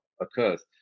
occurs